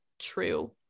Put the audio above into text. true